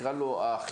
נקרא לו החילוני,